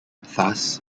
thus